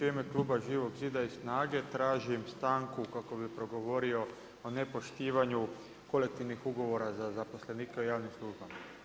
U ime kluba Živog zida i SNAGA-e, tražim stanku kako bi progovorio o nepoštivanju kolektivnih ugovora za zaposlenike u javnim službama.